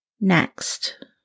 next